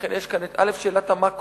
ולכן יש כאן את שאלת המקרו,